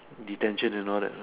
detention and all that